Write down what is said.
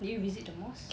did you visit the mosque